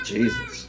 Jesus